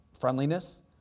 friendliness